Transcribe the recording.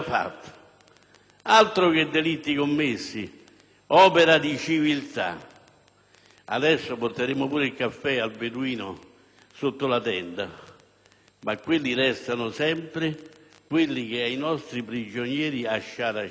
Altro che delitti commessi! Opera di civiltà. Adesso porteremo pure il caffè al beduino sotto la tenda; ma quelli restano sempre coloro che evirarono i nostri prigionieri a Shara Shat